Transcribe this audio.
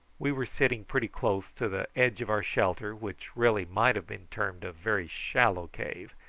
we were sitting pretty close to the edge of our shelter, which really might have been termed a very shallow cave,